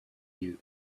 you